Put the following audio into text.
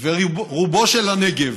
ורובו של הנגב,